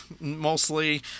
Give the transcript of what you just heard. mostly